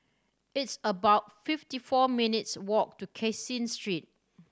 it's about fifty four minutes' walk to Caseen Street